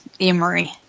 Emery